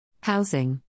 housing